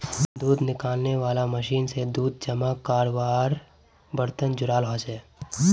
दूध निकालनेवाला मशीन से दूध जमा कारवार बर्तन जुराल होचे